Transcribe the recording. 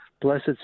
blessed